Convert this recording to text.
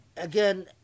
Again